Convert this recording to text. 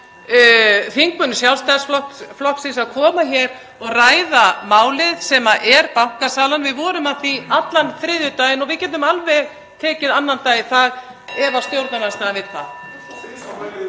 þingmönnum Sjálfstæðisflokksins að koma hingað og ræða málið sem er bankasalan. Við vorum að því allan þriðjudaginn og við getum alveg tekið annan dag í það ef stjórnarandstaðan vill það.